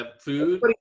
food